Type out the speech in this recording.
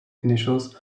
initials